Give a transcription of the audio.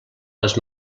les